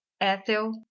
Ethel